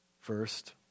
First